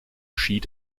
schied